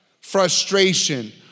frustration